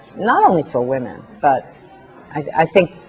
not only for women, but i think